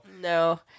No